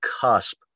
cusp